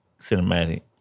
cinematic